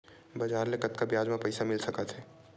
बजार ले कतका ब्याज म पईसा मिल सकत हे?